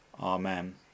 Amen